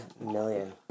million